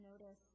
Notice